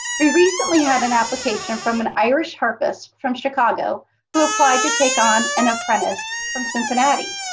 we recently had an application from an irish harpist from chicago who applied to take on an apprentice from cincinnati.